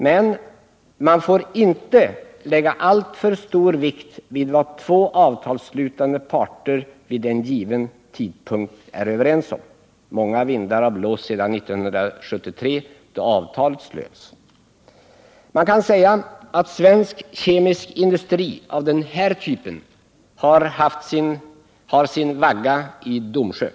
Men man får inte lägga alltför stor vikt vid vad två avtalsslutande parter vid en given tidpunkt är överens om. Många vindar har blåst sedan 1973, då avtalet slöts. Man kan säga att svensk kemisk industri av den här typen har sin vagga i Domsjö.